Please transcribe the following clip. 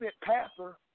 passer